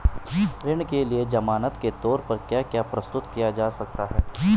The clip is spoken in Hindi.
ऋण के लिए ज़मानात के तोर पर क्या क्या प्रस्तुत किया जा सकता है?